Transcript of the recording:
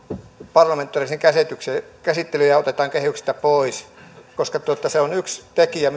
parlamentaariseen käsittelyyn ja otetaan kehyksistä pois se on yksi tekijä